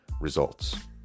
results